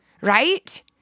right